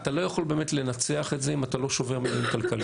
אתה לא יכול באמת לנצח את זה אם אתה לא שובר מנועים כלכליים.